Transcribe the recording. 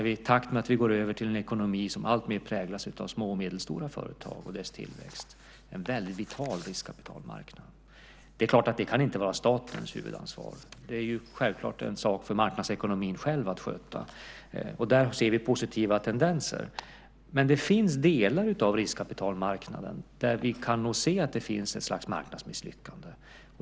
I takt med att vi går över till en ekonomi som alltmer präglas av små och medelstora företag och deras tillväxt kommer vi att behöva en vital riskkapitalmarknad. Det är klart att det inte kan vara statens huvudansvar. Det är självfallet en sak för marknadsekonomin själv att sköta. Där ser vi positiva tendenser. Men det finns delar av riskkapitalmarknaden där vi kan se att det finns ett slags marknadsmisslyckande.